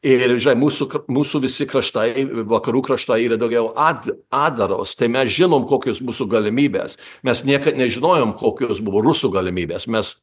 ir žnai mūsų ka mūsų visi kraštai vakarų kraštai yra daugiau at atdaros tai mes žinom kokios mūsų galimybės mes niekad nežinojom kokios buvo rusų galimybės mes